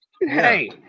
hey